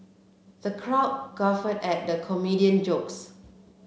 the crowd guffawed at the comedian jokes